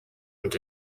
und